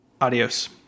Adios